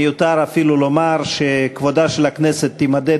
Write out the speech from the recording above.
מיותר אפילו לומר שכבודה של הכנסת יימדד